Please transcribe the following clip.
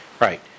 Right